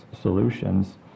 solutions